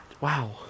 wow